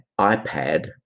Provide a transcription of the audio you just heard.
iPad